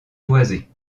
boisée